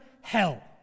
hell